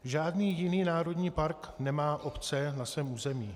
Žádný jiný národní park nemá obce na svém území.